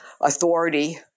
authority